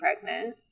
pregnant